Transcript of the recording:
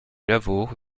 lavaur